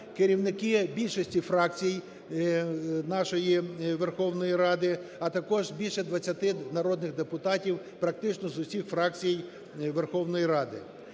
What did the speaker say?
керівники більшості фракцій нашої Верховної Ради, а також більше 20 народних депутатів практично з усіх фракцій Верховної Ради.